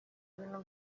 ibintu